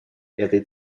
этой